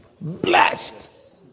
Blessed